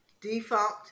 Defunct